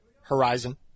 horizon